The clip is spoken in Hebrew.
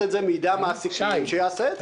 את זה מידי המעסיקים שיעשה את זה.